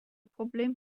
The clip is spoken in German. problem